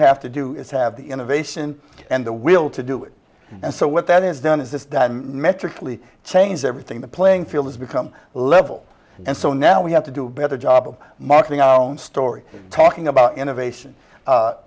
have to do is have the innovation and the will to do it and so what that is done is this metrically changed everything the playing field has become level and so now we have to do a better job of marketing our own story talking about innovation a